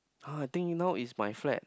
!huh! I think now is my flat